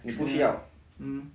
mm mm